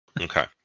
Okay